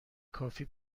کافی